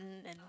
and